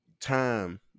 time